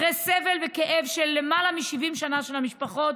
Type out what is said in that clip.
אחרי סבל וכאב של למעלה מ-70 שנה של המשפחות